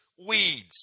weeds